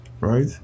Right